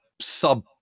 sub